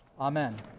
Amen